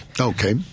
Okay